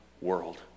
world